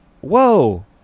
whoa